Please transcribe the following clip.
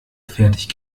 fertig